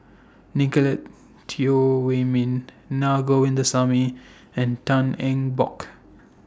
Nicolette Teo Wei Min Na Govindasamy and Tan Eng Bock